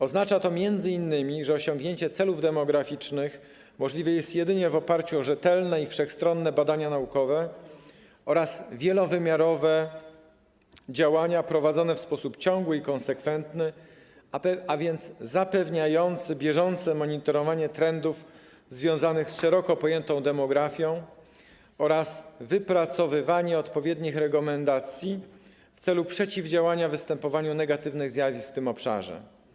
Oznacza to m.in., że osiągnięcie celów demograficznych możliwe jest jedynie wtedy, gdy oprzemy się na rzetelnych i wszechstronnych badaniach naukowych oraz wielowymiarowych działaniach prowadzonych w sposób ciągły i konsekwentny, a więc zapewniający bieżące monitorowanie trendów związanych z szeroko pojętą demografią, a także gdy wypracujemy odpowiednie rekomendacje w celu przeciwdziałania występowaniu negatywnych zjawisk w tym obszarze.